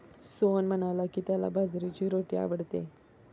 सोहन म्हणाला की, त्याला बाजरीची रोटी आवडते